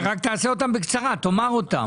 כן, רק תעשה אותם בקצרה, תאמר אותם.